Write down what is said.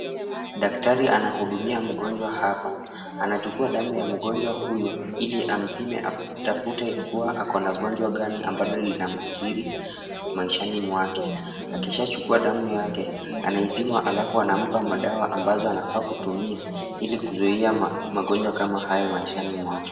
Daktari anahudumia mgonjwa hapa ,anachukua damu ya mgonjwa huyo ili ampime atafute kuwa ako na gonjwa gani ambalo linamkili maishani mwake, akishachukua damu yake anaipima halafu anampa madawa ambazo anafaa kutumia ili kuzuia magonjwa kama hayo maishani mwake.